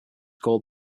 called